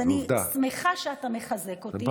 אז אני שמחה שאתה מחזק אותי.